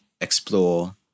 explore